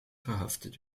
verhaftet